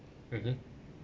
mmhmm